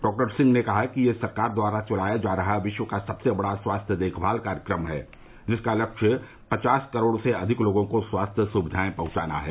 डॉ सिंह ने कहा कि यह सरकार द्वारा चलाया जा रहा विश्व का सबसे बड़ा स्वास्थ्य देखभाल कार्यक्रम है जिसका लक्ष्य पचास करोड़ से अधिक लोगों को स्वास्थ्य सुविधाएं पहुंचाना है